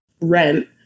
rent